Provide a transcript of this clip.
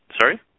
Sorry